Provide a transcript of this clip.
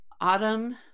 autumn